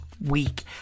week